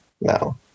No